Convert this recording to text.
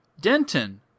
denton